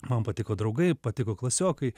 man patiko draugai patiko klasiokai